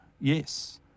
Yes